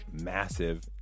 massive